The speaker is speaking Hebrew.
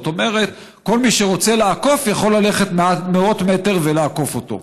זאת אומרת כל מי שרוצה לעקוף יכול ללכת מאות מטרים ולעקוף אותו.